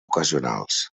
ocasionals